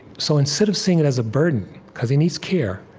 so instead of seeing it as a burden, because he needs care,